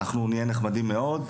אנחנו נהיה נחמדים מאוד,